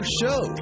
show